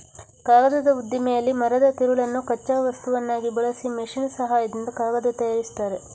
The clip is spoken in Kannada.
ಕಾಗದದ ಉದ್ದಿಮೆಯಲ್ಲಿ ಮರದ ತಿರುಳನ್ನು ಕಚ್ಚಾ ವಸ್ತುವನ್ನಾಗಿ ಬಳಸಿ ಮೆಷಿನ್ ಸಹಾಯದಿಂದ ಕಾಗದ ತಯಾರಿಸ್ತಾರೆ